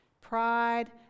Pride